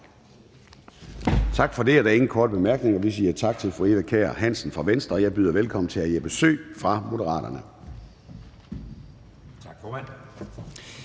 Tak for det. Der er ingen korte bemærkninger, og vi siger tak til fru Eva Kjer Hansen fra Venstre. Og jeg byder velkommen til hr. Jeppe Søe fra Moderaterne. Kl.